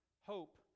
hope